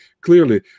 clearly